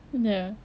ya